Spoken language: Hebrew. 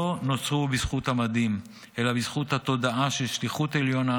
לא נוצרו בזכות המדים אלא בזכות התודעה של שליחות עליונה,